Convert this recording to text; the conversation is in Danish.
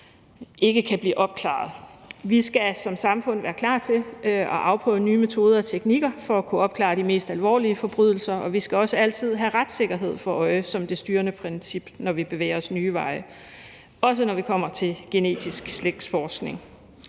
ikke kan blive opklaret. Vi skal som samfund være klar til at afprøve nye metoder og teknikker for at kunne opklare de mest alvorlige forbrydelser, og vi skal også altid have retssikkerheden for øje som det styrende princip, når vi bevæger os ad nye veje, også når vi kommer til genetisk slægtsforskning.